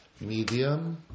medium